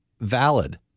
Valid